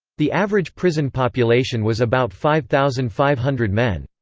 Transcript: the average prison population was about five thousand five hundred men.